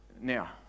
Now